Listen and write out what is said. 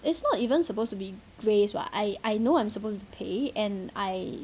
it's not even supposed to be grace [what] I I know I'm supposed to pay and I